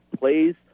plays